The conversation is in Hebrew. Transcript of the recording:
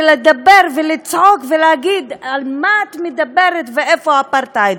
לדבר ולצעוק ולהגיד: על מה את מדברת ואיפה האפרטהייד.